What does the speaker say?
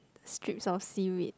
strips of seaweed